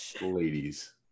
ladies